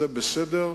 זה בסדר.